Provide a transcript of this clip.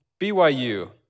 BYU